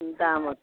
ଏନ୍ତା ଆମର୍